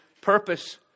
purpose